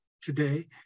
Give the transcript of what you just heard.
today